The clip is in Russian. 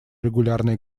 регулярные